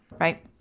right